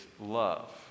love